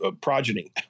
progeny